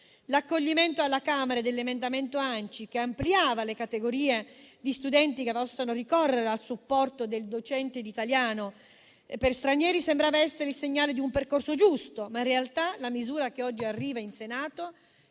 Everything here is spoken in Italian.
l'accoglimento alla Camera dell'emendamento proposto dall'ANCI che ampliava le categorie di studenti che possono ricorrere al supporto del docente di italiano per stranieri sembrava essere il segnale di un percorso giusto, ma in realtà la misura che oggi arriva in Senato